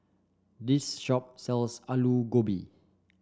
this shop sells Aloo Gobi